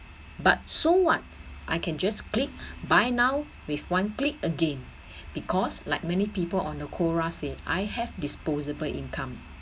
but so what I can just click buy now with one click again because like many people on the I have disposable income